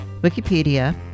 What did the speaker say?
Wikipedia